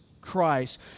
Christ